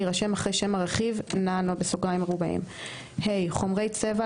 יירשם אחרי שם הרכיב: "[NANO]"; (ה) חומרי צבע,